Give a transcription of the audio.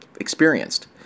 experienced